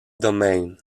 domain